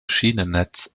schienennetz